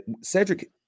Cedric